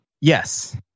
Yes